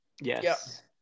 Yes